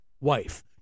wife